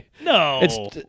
No